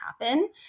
happen